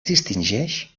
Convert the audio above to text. distingeix